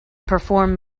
perform